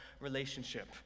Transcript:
relationship